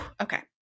okay